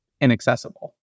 inaccessible